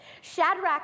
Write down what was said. Shadrach